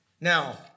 Now